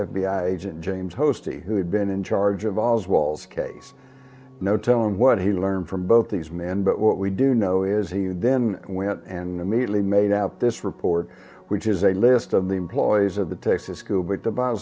i agent james toastie who had been in charge of oswald's case no telling what he learned from both these men but what we do know is he then went and immediately made out this report which is a list of the employees of the texas school but the bottom